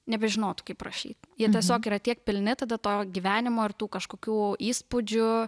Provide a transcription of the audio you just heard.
nebežinotų kaip rašyt jie tiesiog yra tiek pilni tada to gyvenimo ir tų kažkokių įspūdžių